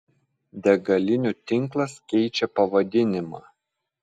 degalinių tinklas keičia pavadinimą